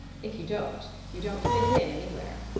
if you don't, you don't fit in anywhere.